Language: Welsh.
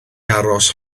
aros